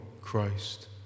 Christ